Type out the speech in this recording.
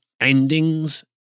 endings